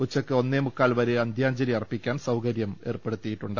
ഉച്ചയ്ക്ക് ഒന്നേമുക്കാൽ വരെ അന്ത്യാ ഞ്ജലി അർപ്പിക്കാൻ സൌകര്യം ഏർപ്പെടുത്തിയിട്ടുണ്ട്